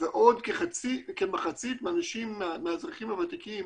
ועוד כמחצית מהאזרחים הוותיקים